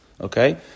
Okay